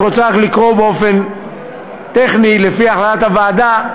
אני רוצה רק לקרוא באופן טכני, לפי החלטת הוועדה: